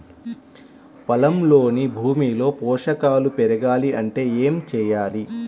పొలంలోని భూమిలో పోషకాలు పెరగాలి అంటే ఏం చేయాలి?